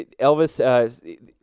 Elvis